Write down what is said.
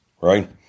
right